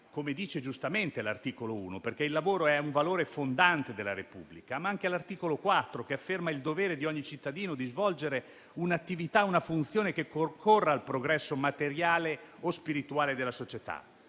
Come dice giustamente l'articolo 1 della Costituzione, il lavoro è certamente un valore fondante della Repubblica, ma vi è anche l'articolo 4, che afferma il dovere di ogni cittadino di svolgere un'attività e una funzione che concorrano al progresso materiale o spirituale della società.